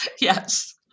Yes